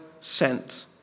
sent